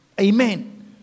Amen